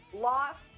lost